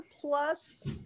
plus